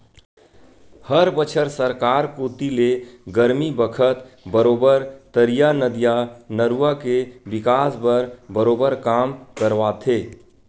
हर बछर सरकार कोती ले गरमी बखत बरोबर तरिया, नदिया, नरूवा के बिकास बर बरोबर काम करवाथे